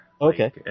Okay